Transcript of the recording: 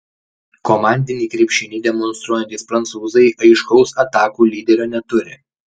komandinį krepšinį demonstruojantys prancūzai aiškaus atakų lyderio neturi